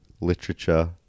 literature